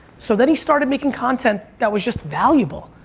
so, then he started making content that was just valuable,